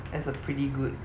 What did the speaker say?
that's a pretty good